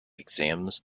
exams